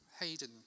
Hayden